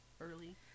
early